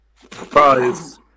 Surprise